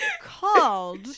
called